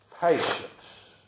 patience